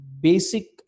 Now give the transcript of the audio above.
basic